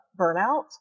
burnout